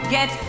Get